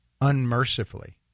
unmercifully